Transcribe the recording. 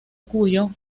cuyo